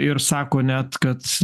ir sako net kad